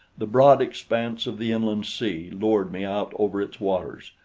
the broad expanse of the inland sea lured me out over its waters,